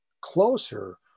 closer